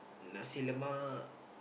nasi-lemak